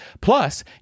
Plus